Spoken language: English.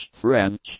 French